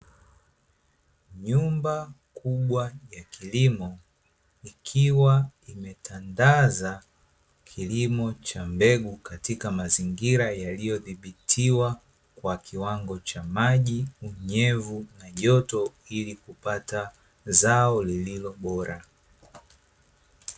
Nyumba kubwa ya kilimo ikiwa tandaza kilimo cha mbegu katika mazingira yaliyo dhibitiwa kwa kiwango cha maji, unyevu, joto ilikupata zao lililobora.